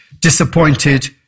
disappointed